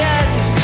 end